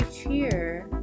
cheer